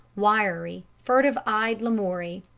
wiry, furtive-eyed lamoury.